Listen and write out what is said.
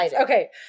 Okay